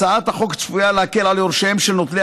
הצעת החוק צפויה להקל על יורשיהם של נוטלי